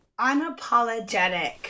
unapologetic